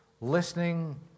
listening